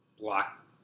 block